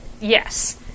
yes